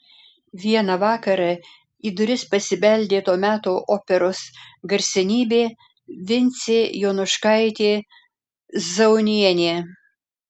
vieną vakarą į duris pasibeldė to meto operos garsenybė vincė jonuškaitė zaunienė